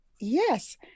Yes